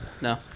no